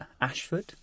Ashford